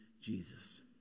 Jesus